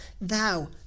thou